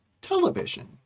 television